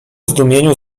zdumieniu